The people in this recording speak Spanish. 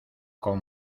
con